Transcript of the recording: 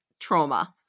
trauma